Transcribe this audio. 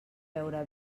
beure